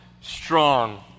strong